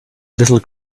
little